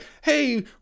Hey